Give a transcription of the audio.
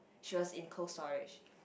she was in Cold-Storage